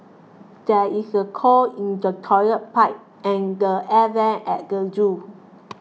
there is a clog in the Toilet Pipe and the Air Vents at the zoo